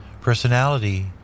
Personality